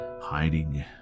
hiding